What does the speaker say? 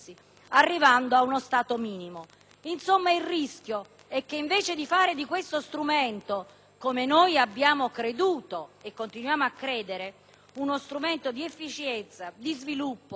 minimo. Il rischio è che invece di fare del federalismo fiscale, come noi abbiamo creduto e continuiamo a credere, uno strumento di efficienza, di sviluppo e di qualità della spesa pubblica,